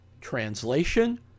Translation